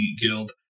guild